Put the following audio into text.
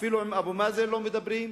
אפילו עם אבו מאזן לא מדברים.